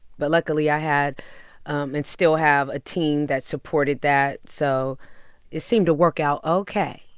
but luckily, i had and still have a team that supported that. so it seemed to work out ok